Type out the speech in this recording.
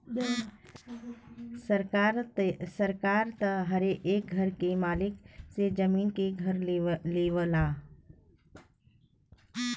सरकार त हरे एक घर के मालिक से जमीन के कर लेवला